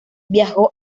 viajó